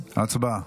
הצבעה.